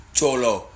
Cholo